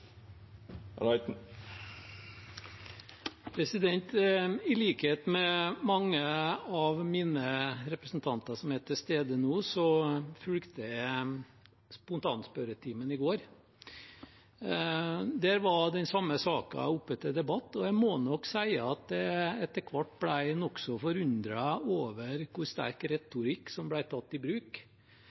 I likhet med mange av mine medrepresentanter som er til stede nå, fulgte jeg spontanspørretimen i går. Der var den samme saken oppe til debatt, og jeg må si at jeg etter hvert ble nokså forundret over hvor sterk retorikk som ble tatt i bruk.